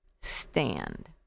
stand